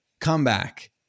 comeback